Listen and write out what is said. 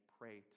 pray